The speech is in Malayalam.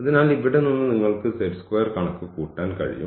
അതിനാൽ ഇവിടെ നിന്ന് നിങ്ങൾക്ക് കണക്കുകൂട്ടാൻ കഴിയും